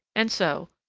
and so,